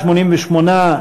88,